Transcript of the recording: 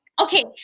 Okay